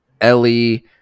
Ellie